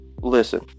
Listen